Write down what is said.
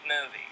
Movie